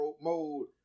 mode